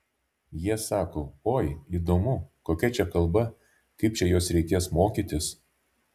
jie sako oi įdomu kokia čia kalba kaip čia jos reikės mokytis